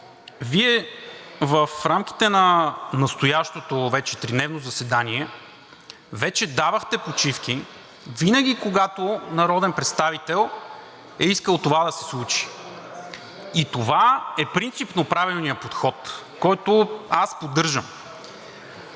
Вие в рамките на настоящото вече тридневно заседание давахте почивки винаги, когато народен представител е искал това да се случи. Това е принципно правилният подход, който поддържам.